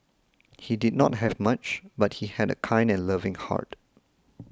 he did not have much but he had a kind and loving heart